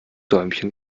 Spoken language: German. däumchen